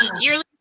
Yearly